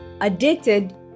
addicted